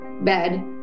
bed